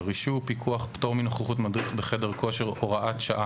(רישוי ופיקוח) (פטור מנוכחות מדריך בחדר כושר)(הוראת שעה),